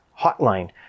hotline